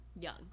young